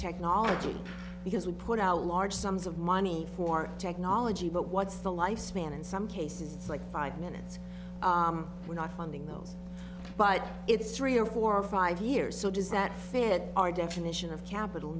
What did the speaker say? technology because we put out large sums of money for technology but what's the lifespan in some cases it's like five minutes we're not funding those but it's three or four or five years so does that fit our definition of capital